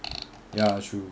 ya true